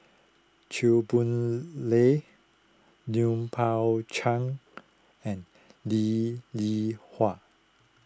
Chew Boon Lay Lui Pao Chuen and Lee Li Hua